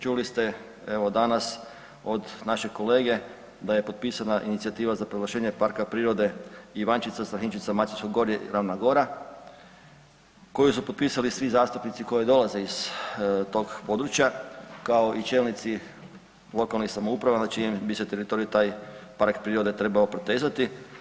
Čuli ste evo danas od našeg kolege da je potpisana inicijativa za proglašenja Parka prirode Ivančica, STrahinjčica, … gorje i Ravna gora koju su potpisali svi zastupnici koji dolaze iz tog područja kao i čelnici lokalnih samouprava na čijem bi se teritoriju taj park prirode trebao protezati.